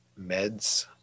meds